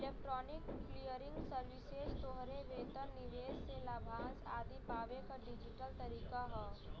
electronic clearing services तोहरे वेतन, निवेश से लाभांश आदि पावे क डिजिटल तरीका हौ